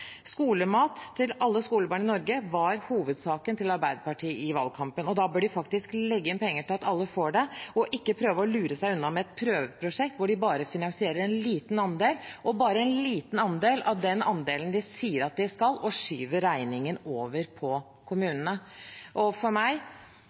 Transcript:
Skolemat til alle skolebarn i Norge var hovedsaken til Arbeiderpartiet i valgkampen, og da bør de faktisk legge inn nok penger til at alle får det, og ikke prøve å lure seg unna med et prøveprosjekt hvor de bare finansierer en liten andel – og bare en liten andel av den andelen de sier at de skal – og skyver regningen over på